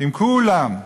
עם כולם.